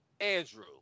Andrew